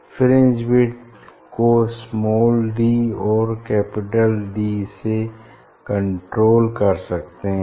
fringe width को small D और capital D से कण्ट्रोल कर सकते है